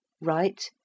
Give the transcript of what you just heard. right